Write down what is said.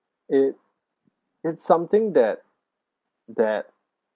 it it's something that that